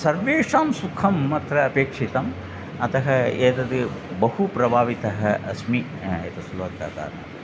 सर्वेषां सुखम् अत्र अपेक्षितम् अतः एतद् बहु प्रभावितः अस्मि एतत् श्लोकः कारणात्